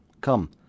Come